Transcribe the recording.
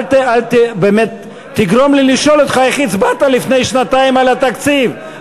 אל תגרום לי לשאול אותך איך הצבעת לפני שנתיים על התקציב.